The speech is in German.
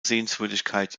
sehenswürdigkeit